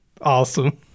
awesome